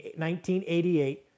1988